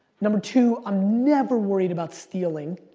number two, i'm never worried about stealing.